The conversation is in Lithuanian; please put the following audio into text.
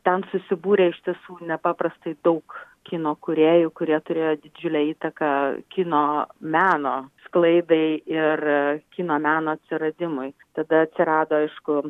ten susibūrė iš tiesų nepaprastai daug kino kūrėjų kurie turėjo didžiulę įtaką kino meno sklaidai ir kino meno atsiradimui tada atsirado aišku